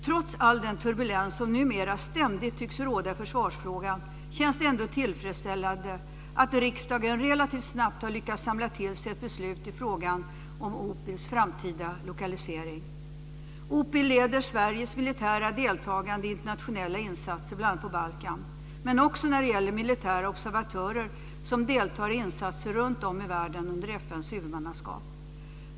Trots all den turbulens som numera ständigt tycks råda i försvarsfrågan känns det ändå tillfredsställande att riksdagen relativt snabbt har lyckats samla sig till ett beslut i fråga om OPIL:s framtida lokalisering. OPIL leder Sveriges militära deltagande i internationella insatser, bl.a. på Balkan, men också när det gäller militära observatörer som deltar i insatser runtom i världen under FN:s huvudmannaskap.